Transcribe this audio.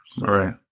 Right